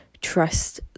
Trust